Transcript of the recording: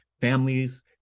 families